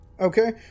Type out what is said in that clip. Okay